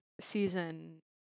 season